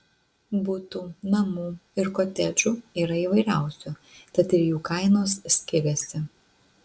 butų namų ir kotedžų yra įvairiausių tad ir jų kainos skiriasi